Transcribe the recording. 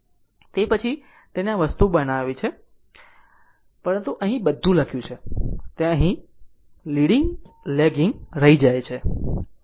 તે પછી તેને આ વસ્તુ બનાવી છે પરંતુ અહીં બધું લખ્યું છે તે રહી લીડીંગ લેગિંગ રહી જાય છે